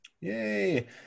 Yay